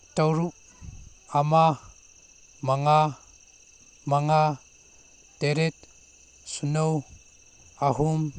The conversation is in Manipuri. ꯇꯔꯨꯛ ꯑꯃ ꯃꯉꯥ ꯃꯉꯥ ꯇꯔꯦꯠ ꯁꯤꯅꯣ ꯑꯍꯨꯝ